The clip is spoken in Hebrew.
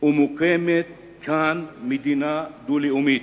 ומוקמת כאן מדינה דו-לאומית,